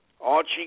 Archie